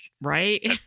right